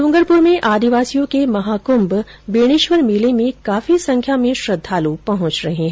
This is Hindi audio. ड्रंगरपर में आदिवासियों के महाकुंभ बेणेश्वर मेले में काफी संख्या में श्रद्वालु पहुंच रहे हैं